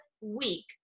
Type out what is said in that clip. week